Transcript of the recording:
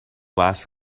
last